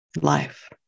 life